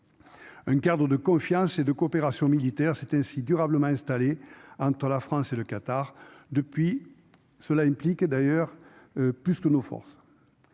un Cadre de confiance et de coopération militaire c'est ainsi durablement installée entre la France et le Qatar depuis cela implique et d'ailleurs plus que nos forces,